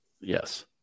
Yes